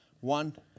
one